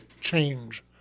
change